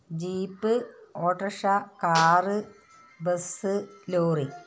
jeep ഓട്രഷ car bus lorry